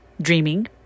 dreaming